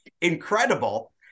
incredible